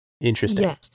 Interesting